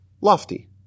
lofty